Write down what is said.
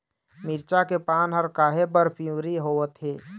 मिरचा के पान हर काहे बर पिवरी होवथे?